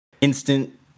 instant